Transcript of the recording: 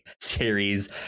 series